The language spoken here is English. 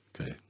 Okay